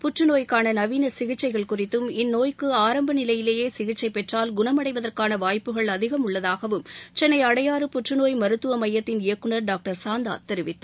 புற்று நோய்க்கான நவீன சிகிச்சைகள் குறித்தும் இந்நோய்க்கு ஆரம்ப நிலையிலேயே சிகிச்சை பெற்றால் குணமடைவதற்கான வாய்ப்புகள் அதிகம் உள்ளதாகவும் சென்னை அடையாறு புற்றநோய் மருத்துவ மையத்தின் இயக்குநர் டாக்டர் சாந்தா தெரிவித்தார்